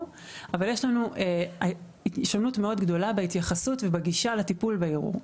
אבל יש לנו שונות מאוד גדולה בהתייחסות ובגישה לטיפול בערעור.